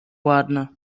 ładne